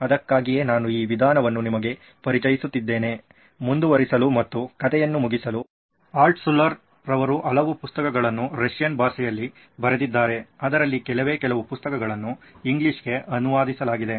ಅದಕ್ಕಾಗಿಯೇ ನಾನು ಈ ವಿಧಾನವನ್ನು ನಿಮಗೆ ಪರಿಚಯಿಸುತ್ತಿದ್ದೇನೆ ಮುಂದುವರಿಸಲು ಮತ್ತು ಕಥೆಯನ್ನು ಮುಗಿಸಲು ಆಲ್ಟ್ಶುಲ್ಲರ್ ಅವರು ಹಲವು ಪುಸ್ತಕಗಳನ್ನು ರಷ್ಯಾ ಭಾಷೆಯಲ್ಲಿ ಬರೆದಿದ್ದಾರೆ ಅದರಲ್ಲಿ ಕೆಲವೇ ಕೆಲವು ಪುಸ್ತಕಗಳನ್ನು ಇಂಗ್ಲಿಷ್ಗೆ ಅನುವಾದಿಸಲಾಗಿದೆ